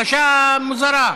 בקשה מוזרה.